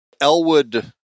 elwood